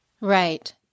Right